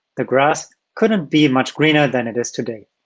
the grass couldn't be much greener than it is today.